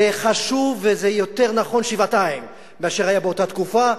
זה חשוב וזה נכון שבעתיים לעומת מה שהיה באותה תקופה,